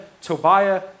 Tobiah